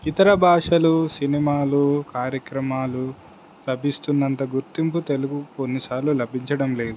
ఇతర భాషలు సినిమాలు కార్యక్రమాలు లభిస్తున్నంత గుర్తింపు తెలుగు కొన్నిసార్లు లభించడం లేదు